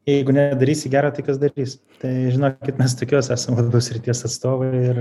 jeigu nedarysi gera tai kas darys tai žinokit mes tokios esam labiau srities atstovai ir